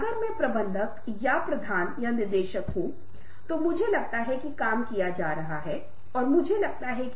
अब कुछ हद तक यह भावनात्मक बुद्धिमत्ता के साथ हो सकता है और यह तब भी हो सकता है जब आप जीवन के प्रति नैतिक रवैया रखते हैं